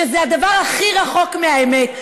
שזה הדבר הכי רחוק מהאמת.